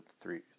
three